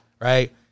right